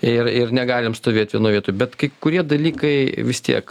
ir ir negalim stovėt vienoj vietoj bet kai kurie dalykai vis tiek